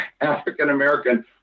African-American